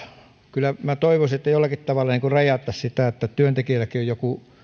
kyllä minä toivoisin että jollakin tavalla rajattaisiin sitä niin että työntekijöilläkin on joku